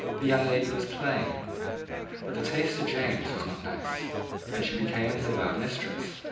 the young lady was plain but the taste of james was not nice and she became his avowed mistress.